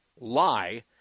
lie